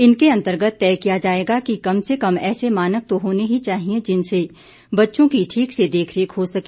इनके अंतर्गत तय किया जाएगा कि कम से कम ऐसे मानक तो होने ही चाहिएं जिनसे बच्चों की ठीक से देखरेख हो सके